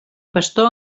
pastor